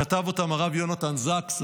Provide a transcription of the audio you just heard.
כתב אותם הרב יונתן זקס,